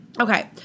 Okay